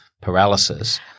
paralysis